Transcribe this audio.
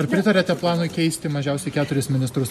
ar pritariate planui keisti mažiausiai keturis ministrus